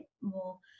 more